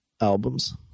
albums